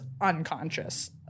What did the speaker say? unconscious